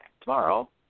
tomorrow